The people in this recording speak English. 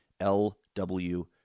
LW